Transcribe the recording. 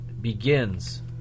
begins